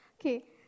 Okay